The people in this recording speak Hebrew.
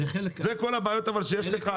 אבל זה כל הבעיות שיש לך?